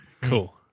Cool